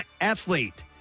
athlete